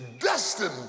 destined